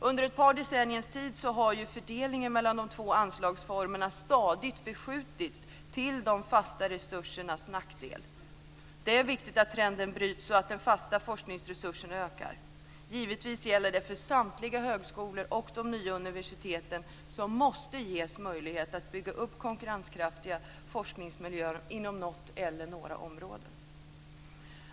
Under ett par decennier har fördelningen mellan de två anslagsformerna stadigt förskjutits, till de fasta resursernas nackdel. Det är viktigt att trenden bryts och att de fasta forskningsresurserna ökar. Givetvis gäller detta för samtliga högskolor och de nya universiteten, som måste ges möjlighet att bygga upp konkurrenskraftiga forskningsmiljöer inom något eller några områden.